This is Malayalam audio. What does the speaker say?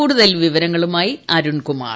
കൂടുതൽ വിവരങ്ങളുമായി അരുൺകുമാർ